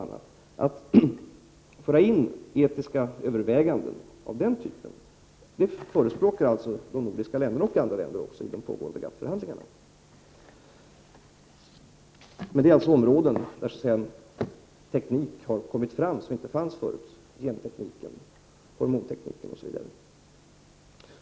I de pågående GATT-förhandlingarna förespråkar de nordiska länderna, och andra länder, att man skall föra in etiska överväganden av den typen. Detta gäller emellertid områden där det har kommit till ny teknik som inte fanns förut — genteknik, hormonteknik osv.